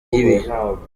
y’ibihe